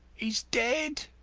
he's dead.